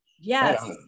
Yes